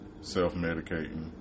self-medicating